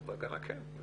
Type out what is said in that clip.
כן.